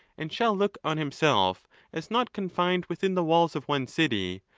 and shall look on himself as not confined within the walls of one city,